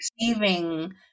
receiving